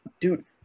Dude